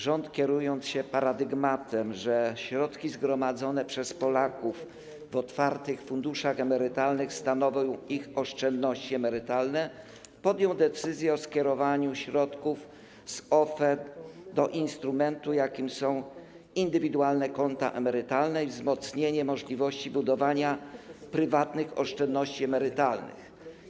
Rząd, kierując się paradygmatem, że środki zgromadzone przez Polaków w otwartych funduszach emerytalnych stanowią ich oszczędności emerytalne, podjął decyzję o skierowaniu środków z OFE do instrumentu, jakim są indywidualne konta emerytalne, i wzmocnieniu możliwości budowania prywatnych oszczędności emerytalnych.